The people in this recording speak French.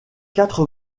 quatre